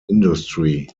industry